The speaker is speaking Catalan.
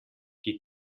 qui